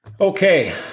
Okay